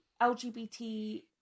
LGBT